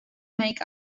make